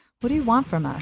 but do you want from